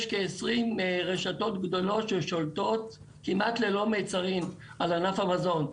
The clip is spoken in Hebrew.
יש כ-20 רשתות גדולות ששולטות כמעט ללא מיצרים על ענף המזון.